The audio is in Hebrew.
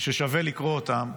ששווה לקרוא אותן,